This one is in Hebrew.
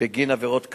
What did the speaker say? בגין עבירות קלות.